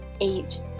eight